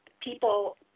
people